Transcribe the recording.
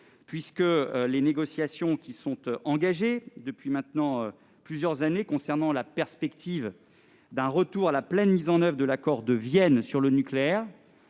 puisque les négociations sont engagées depuis plusieurs années sur la perspective d'un retour à la pleine mise en oeuvre de l'accord de Vienne sur le nucléaire.